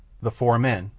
the four men,